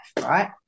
right